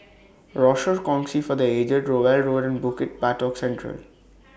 Rochor Kongsi For The Aged Rowell Road and Bukit Batok Central